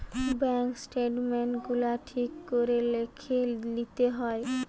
bank statement গুলা ঠিক করে লিখে লিতে হয়